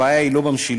הבעיה היא לא במשילות,